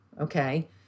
okay